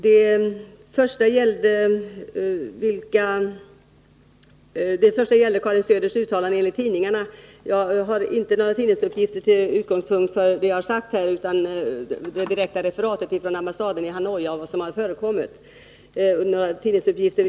Den första frågan gällde Karin Söders uttalande enligt tidningarna. Jag har inte några tidningsuppgifter som utgångspunkt för det jag har sagt här, utan jag har det direkta referatet av vad som förekom från ambassaden i Hanoi. Jag vill inte kommentera några tidningsuppgifter.